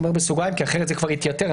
כי אחרת זה כבר יתייתר.